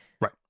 Right